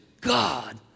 God